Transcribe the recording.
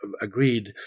agreed